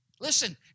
Listen